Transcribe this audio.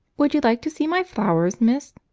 would you like to see my flowers, miss?